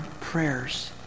prayers